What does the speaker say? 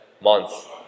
months